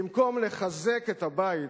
במקום לחזק את הבית